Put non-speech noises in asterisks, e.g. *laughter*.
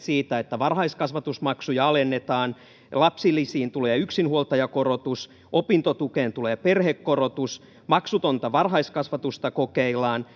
sitä että varhaiskasvatusmaksuja alennetaan lapsilisiin tulee yksinhuoltajakorotus opintotukeen tulee perhekorotus maksutonta varhaiskasvatusta kokeillaan *unintelligible*